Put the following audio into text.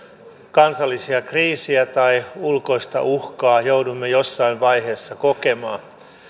kansallisia kriisejä tai ulkoista uhkaa joudumme jossain vaiheessa kokemaan